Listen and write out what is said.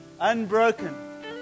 Unbroken